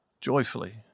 joyfully